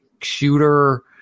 shooter